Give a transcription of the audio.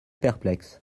perplexes